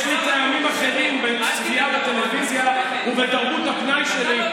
יש לי טעמים אחרים בציפייה בטלוויזיה ובתרבות הפנאי שלי,